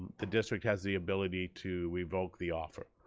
the district has the ability to revoke the offer.